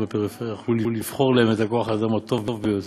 בפריפריה יכלו לבחור להם את כוח-האדם הטוב ביותר.